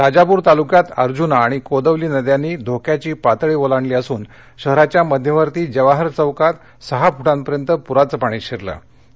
राजापूरतालुक्यात अर्जुना आणि कोदवली नद्यांनी धोक्याचीपातळी ओलांडली असून शहराच्या मध्यवर्ती जवाहर चौकात सहा फुटांपर्यंत पुराचं पाणी शिरलंआहे